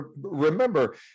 remember